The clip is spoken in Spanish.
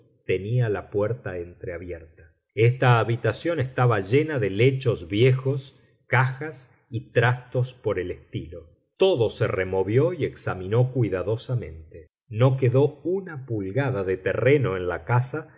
tenía la puerta entreabierta esta habitación estaba llena de lechos viejos cajas y trastos por el estilo todo se removió y examinó cuidadosamente no quedó una pulgada de terreno en la casa